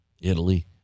Italy